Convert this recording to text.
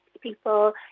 people